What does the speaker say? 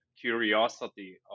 curiosity